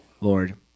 Lord